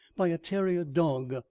by a terrier dog.